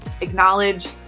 Acknowledge